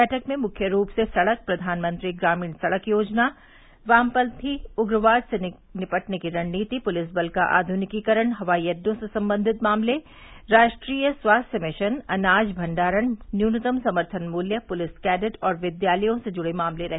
बैठक में मुख्य रूप से सड़क प्रधानमंत्री ग्रामीण सड़क योजना वामपंथी उग्रवाद से निपटने की रणनीति पुलिस बल का आघुनिकीकरण हवाई अड्डों से संबंधित मामले राष्ट्रीय स्वास्थ्य मिशन अनाज भंडारण न्यूनतम समर्थन मूल्य पुलिस कैडेट और विद्यालयों से जुड़े मामले रहे